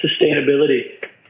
sustainability